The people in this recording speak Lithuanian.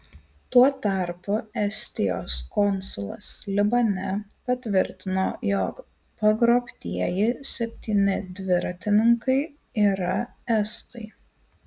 tuo tarpu estijos konsulas libane patvirtino jog pagrobtieji septyni dviratininkai yra estai